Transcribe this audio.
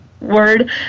word